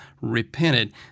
repented